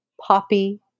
poppy